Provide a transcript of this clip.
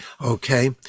Okay